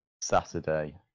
Saturday